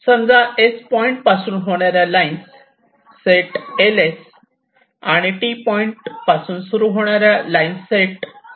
समजा S point पासून होणाऱ्या लाईन्स सेट LS आहे आणि T पॉईंट पासून होणाऱ्या लाईन्स सेट LT आहे